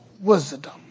wisdom